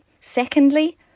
Secondly